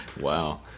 Wow